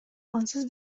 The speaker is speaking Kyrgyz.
ансыз